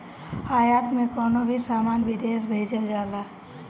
आयात में कवनो भी सामान विदेश भेजल जाला